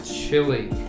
Chili